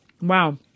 Wow